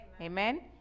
Amen